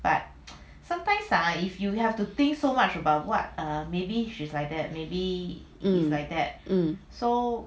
um um